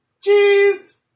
Cheese